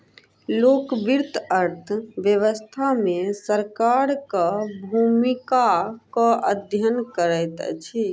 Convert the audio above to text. लोक वित्त अर्थ व्यवस्था मे सरकारक भूमिकाक अध्ययन करैत अछि